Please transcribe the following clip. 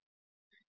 તે 0